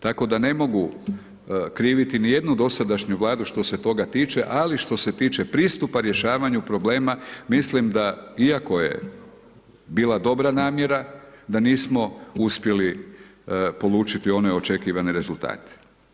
Tako da ne mogu kriviti ni jednu dosadašnju Vladu što se toga tiče ali što se tiče pristupa rješavanju problema, mislim da iako je bila dobra namjera da nismo uspjeli polučiti ove očekivane rezultate.